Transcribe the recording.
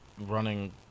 running